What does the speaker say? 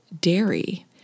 dairy